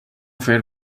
fer